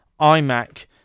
iMac